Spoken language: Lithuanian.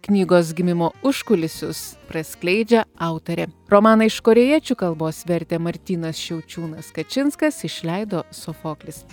knygos gimimo užkulisius praskleidžia autorė romaną iš korėjiečių kalbos vertė martynas šiaučiūnas kačinskas išleido sofoklis